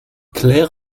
claire